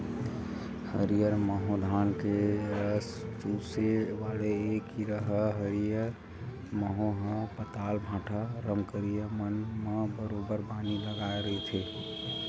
हरियर माहो धान के रस चूसे वाले ऐ कीरा ह हरियर माहो ह पताल, भांटा, रमकरिया मन म बरोबर बानी लगाय रहिथे